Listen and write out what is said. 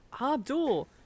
Abdul